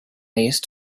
these